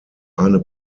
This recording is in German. eine